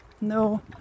no